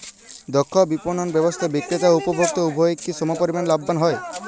দক্ষ বিপণন ব্যবস্থায় বিক্রেতা ও উপভোক্ত উভয়ই কি সমপরিমাণ লাভবান হয়?